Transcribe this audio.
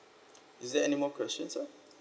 is there any more questions sir